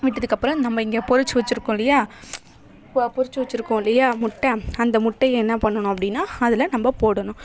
விட்டதுக்கப்புறம் நம்ம இங்கே பொறிச்சு வச்சுருக்கோம் இல்லையா பா பொறிச்சு வச்சுருக்கோம் இல்லையா முட்டை அந்த முட்டையை என்ன பண்ணணும் அப்படின்னா அதில் நம்ப போடணும்